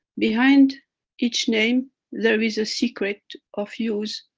behind each name there is a secret of use,